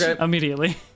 Immediately